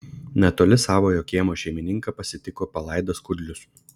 netoli savojo kiemo šeimininką pasitiko palaidas kudlius